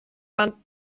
war